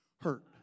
hurt